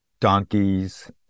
donkeys